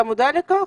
אתה מודע לכך?